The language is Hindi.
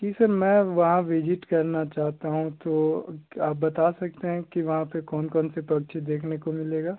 जी सर मैं वहाँ विजिट करना चाहता हूँ तो आप बता सकते हैं कि वहाँ पर कौन कौन से पक्षी देखने को मिलेगा